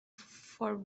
for